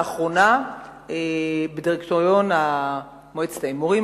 לאחרונה בדירקטוריון מועצות ההימורים,